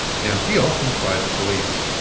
now be off and find the police